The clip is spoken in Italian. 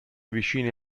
vicine